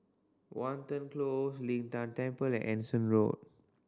Watten Close Lin Tan Temple and Anson Road